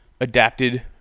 adapted